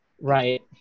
Right